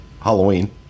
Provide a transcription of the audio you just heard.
Halloween